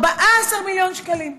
14 מיליון שקלים.